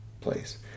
place